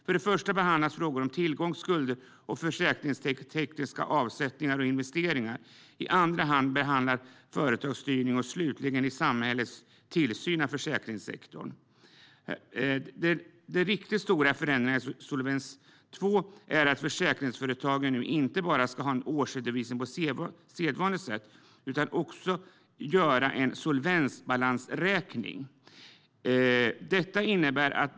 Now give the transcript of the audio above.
För det första behandlas frågor om tillgång, skulder och försäkringstekniska avsättningar och investeringar. För det andra behandlas företagsstyrning. För det tredje är det samhällets tillsyn av försäkringssektorn. Den riktigt stora förändringen i Solvens II är att försäkringsföretagen nu inte bara ska ha en årsredovisning på sedvanligt sätt utan också ska göra en solvensbalansräkning.